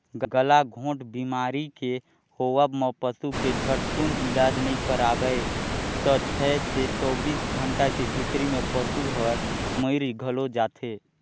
गलाघोंट बेमारी के होवब म पसू के झटकुन इलाज नई कराबे त छै से चौबीस घंटा के भीतरी में पसु हर मइर घलो जाथे